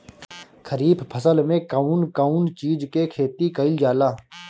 खरीफ फसल मे कउन कउन चीज के खेती कईल जाला?